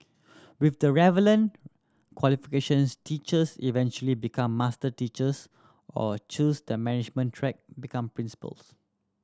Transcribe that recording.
with the relevant qualifications teachers eventually become master teachers or choose the management track become principals